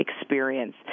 experience